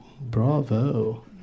bravo